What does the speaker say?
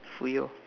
!fuyoh!